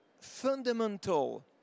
fundamental